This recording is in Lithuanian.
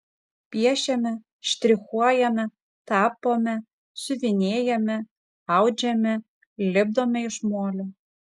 piešiame štrichuojame tapome siuvinėjame audžiame lipdome iš molio